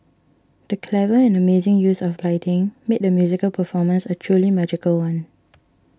the clever and amazing use of lighting made the musical performance a truly magical one